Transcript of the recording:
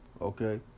okay